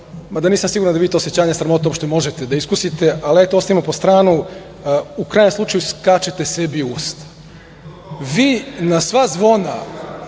mada nisam siguran da vi to osećanje sramote uopšte možete da iskusite, ali, eto, ostavimo po stranu. U krajnjem slučaju, skačete sebi u usta. Vi na sva zona